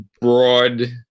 broad